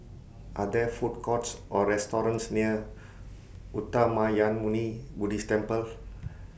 Are There Food Courts Or restaurants near Uttamayanmuni Buddhist Temple